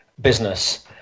business